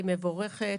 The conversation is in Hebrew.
היא מבורכת,